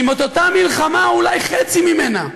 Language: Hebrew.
את אותה מלחמה, אולי חצי ממנה,